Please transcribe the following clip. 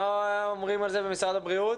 מה אומרים על זה במשרד הבריאות?